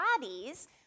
bodies